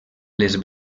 les